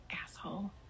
Asshole